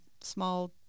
small